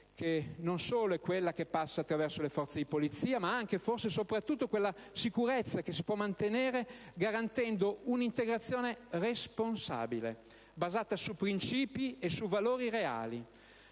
non è solo quella che passa attraverso le forze di polizia, ma anche, e forse soprattutto, quella sicurezza che si può mantenere garantendo un'integrazione responsabile, basata su princìpi e su valori reali.